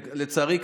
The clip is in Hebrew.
לצערי,